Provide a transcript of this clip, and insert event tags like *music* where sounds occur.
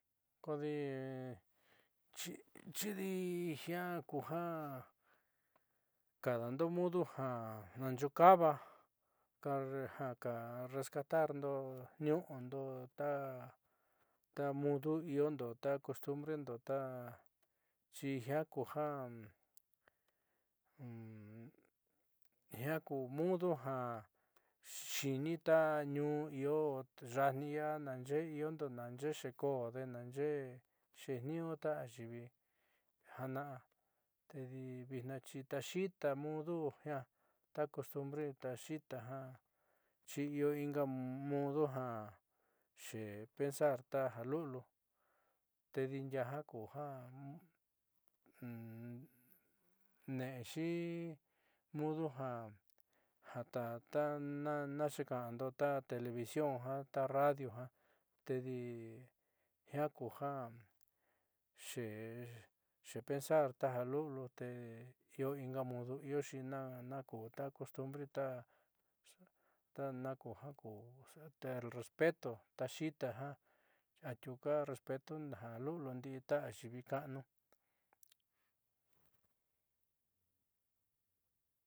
Kodi nxíidi jiaa kuja kadando mudo ja a'a ooka'ava jaka rescatarndo niu'undo ta mudu i'iondo ta cost *hesitation* brendo ta xi jiaa ku ja jiaa ku mudu ja xi'ini ta ñuun io ya'atnii ia naaxe'e i'iondo naaxe'e xiiko'ode naaxe'e xeetniiñu ta ayiivi jana'a tedi vitnaa taaxi'ita mudu jiaa xe pensar taja lu'uliu tedi ndiaá jaku ja ne'exi mudu ja ja ta naxuuka'ando ta television ta radio ja tedi jiaa kuja xe xepensar taja lu'uliu te io inga mudu ioxi ta cost *hesitation* bre ta naku respeto ta xi'ita jiaa atiuka respeto ja lu'uliu ndi'i ta ayiivi ka'anu.